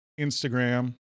Instagram